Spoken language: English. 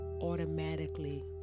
automatically